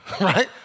Right